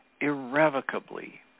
irrevocably